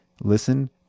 Listen